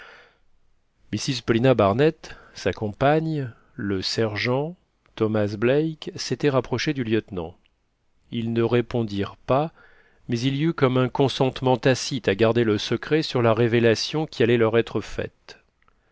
mrs paulina barnett sa compagne le sergent thomas black s'étaient rapprochés du lieutenant ils ne répondirent pas mais il y eut comme un consentement tacite à garder le secret sur la révélation qui allait leur être faite